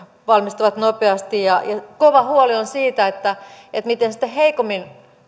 valmistuvat nopeasti kova huoli on siitä miten sitten heikommin